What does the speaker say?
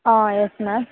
yes ma'am